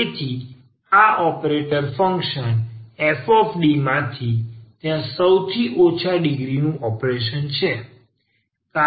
તેથી આ operator function f માં થી ત્યાં સૌથી ઓછા ડિગ્રીનું ઓપરેશન છે